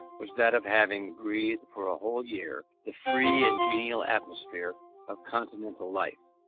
was that of having breathed for a whole year, the free and genial atmosphere of continental life.